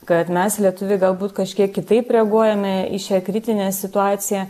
kad mes lietuviai galbūt kažkiek kitaip reaguojame į šią kritinę situaciją